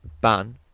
ban